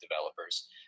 developers